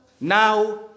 now